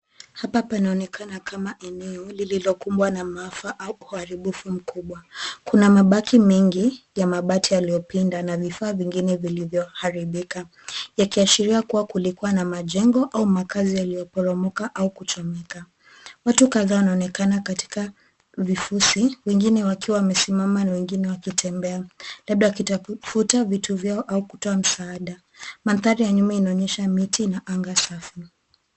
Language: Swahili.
Hapa panaonekana kama eneo lililokumbwa na maafa au uharibifu mkubwa. Kuna mabaki mengi ya mabati yaliyopinda na vifaa vingine vilivyoharibika, yakiashiria kuwa kulikuwa na majengo au makazi yaliyoporomoka au kuchomeka. Watu kadhaa wanaonekana katika vifusi wengine wakiwa wamesimama na wengine wakitembea labda wakitafuta vitu vyao au kutoa msaada. Mandhari ya nyuma inaonyesha mti na anga safi.